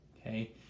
Okay